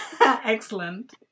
Excellent